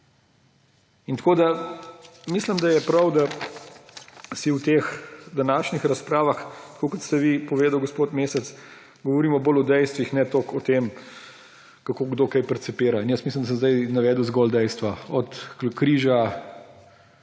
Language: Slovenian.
se ne da. Mislim, da je prav, da v teh današnjih razpravah, tako kot ste vi povedali gospod Mesec, govorimo bolj o dejstvih, ne toliko o tem, kako kdo kaj percipira. Jaz mislim, da sem zdaj navedel zgolj dejstva − od križa,